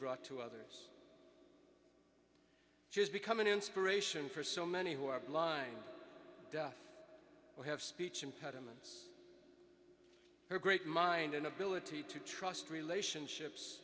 brought to others she has become an inspiration for so many who are blind deaf who have speech impediments her great mind an ability to trust relationships